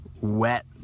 wet